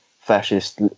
fascist